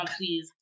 please